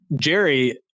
Jerry